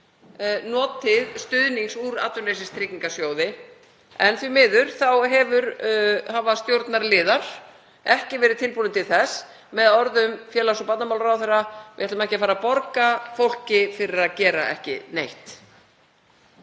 notið stuðnings úr Atvinnuleysistryggingasjóði, en því miður hafa stjórnarliðar ekki verið tilbúnir til þess. Með orðum félags- og barnamálaráðherra: Við ætlum ekki að fara að borga fólki fyrir að gera ekki neitt.